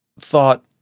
thought